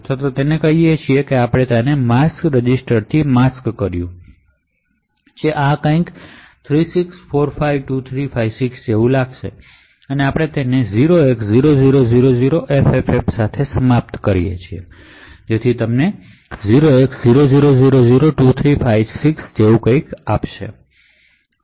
અથવા કહીએ છીએ અને આપણે આને AND માસ્ક રજિસ્ટરથી માસ્ક કરીએ છીએ જે કંઈક 36452356 જેવું લાગે છે અને આપણે તે 0x0000FFF સાથે સમાપ્ત થાય છે આ તમને 0x00002356 જેવું કંઈક આપશે